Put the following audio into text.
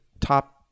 top